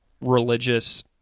religious